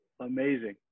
amazing